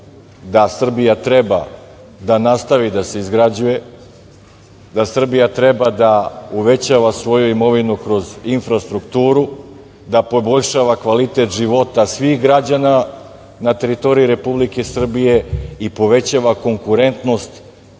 da Srbija treba da nastavi da se izgrađuje, da Srbija treba da uvećava svoju imovinu kroz infrastrukturu, da poboljšava kvalitet života svih građana na teritoriji Republike Srbije i povećava konkurentnost